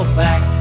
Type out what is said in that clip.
back